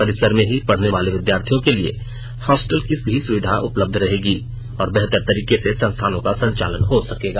परिसर में ही पढ़ने वाले विद्यार्थियों के लिए हॉस्टल की भी सुविधा उपलब्ध रहेगी और बेहतर तरीके से संस्थानों का संचालन हो सकेगा